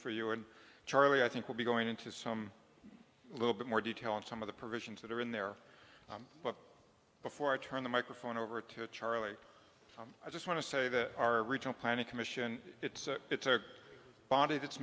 for you and charlie i think will be going into some a little bit more detail on some of the provisions that are in there but before i turn the microphone over to charlie i just want to say that our regional planning commission it's a it's a body that's